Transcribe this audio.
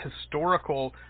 historical